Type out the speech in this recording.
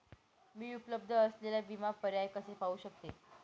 मी उपलब्ध असलेले विमा पर्याय कसे पाहू शकते?